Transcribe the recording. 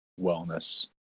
wellness